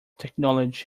technology